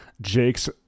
jake's